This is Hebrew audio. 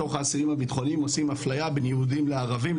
כי גם בתוך האסירים הביטחוניים עושים אפליה בין יהודים לערבים,